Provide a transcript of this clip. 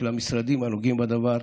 של המשרדים הנוגעים בדבר.